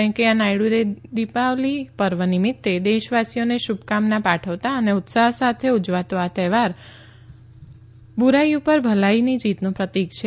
વેંકૈયા નાયડુએ દિપાવલી નિમિત્તે દેશવાસીઓને શુભકામના પાઠવતાં અને ઉત્સાહ સાથે ઉજવાતો આ તહેવાર બૂરાઈ પર ભલાઈની જીતનું પ્રતિક છે